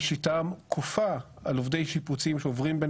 השיטה כופה על עובדי שיפוצים שעוברים בין